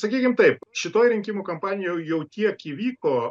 sakykim taip šitoj rinkimų kampanijoj jau tiek įvyko